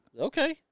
Okay